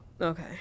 Okay